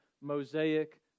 Mosaic